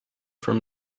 from